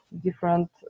different